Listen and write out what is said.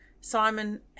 Simon